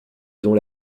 dont